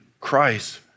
Christ